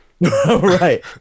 Right